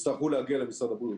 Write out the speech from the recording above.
יצטרכו להגיע למשרד הבריאות.